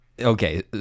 okay